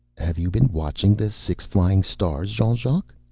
have you been watching the six flying stars, jean-jacques?